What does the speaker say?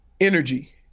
energy